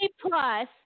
Plus